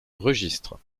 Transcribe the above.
registre